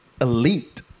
elite